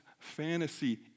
fantasy